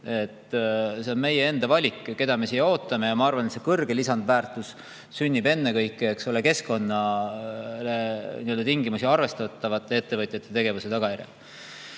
See on meie enda valik, keda me siia ootame. Ma arvan, et kõrge lisandväärtus sünnib ennekõike keskkonnatingimusi arvestavate ettevõtjate tegevuse tagajärjel.